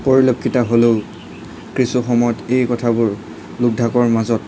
পৰিলক্ষিত হ'লেও কিছু সময়ত এই কথাবোৰ লুক ঢাকৰ মাজত